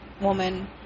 woman